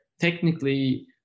Technically